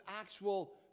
actual